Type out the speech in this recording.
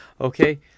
okay